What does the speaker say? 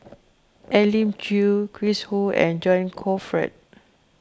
Elim Chew Chris Ho and John Crawfurd